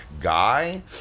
guy